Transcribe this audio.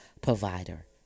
provider